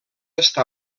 està